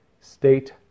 state